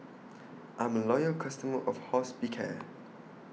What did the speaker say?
I'm A Loyal customer of Hospicare